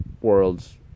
worlds